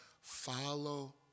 follow